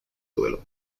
duelo